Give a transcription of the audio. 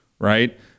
Right